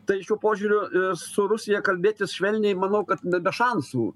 tai šiuo požiūriu su rusija kalbėtis švelniai manau kad be šansų